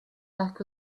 back